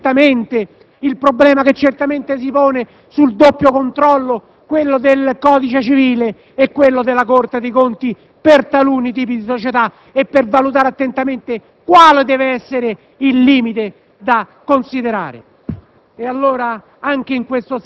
o non era il caso di studiare attentamente il problema che certamente si pone sul doppio controllo, quello del codice civile e quello della Corte dei conti, per taluni tipi di società e per valutare attentamente quale dev'essere il limite da considerare?